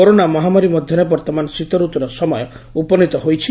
corona ମହାମାରୀ ମଧ୍ଘରେ ବର୍ତ୍ତମାନ ଶୀତ ଋତୁର ସମୟ ଉପନୀତ ହୋଇଛି